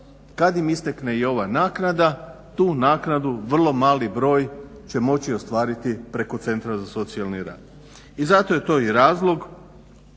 kad im istekne ova nkanada, tu naknadu vrlo mali broj će moći ostvariti preko centra za socijalni rad. I zato je to i razlog